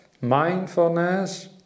mindfulness